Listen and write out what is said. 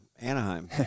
Anaheim